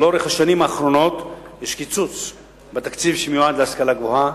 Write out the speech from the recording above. שלאורך השנים האחרונות יש קיצוץ בתקציב שמיועד להשכלה הגבוהה,